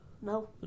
No